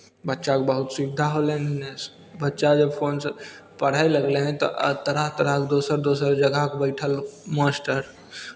बच्चाकेँ बहुत सुविधा होलै हन एहिसँ बच्चा जब फोनसँ पढ़य लगलै हन तऽ तरह तरहके दोसर दोसर जगहके बैठल मास्टर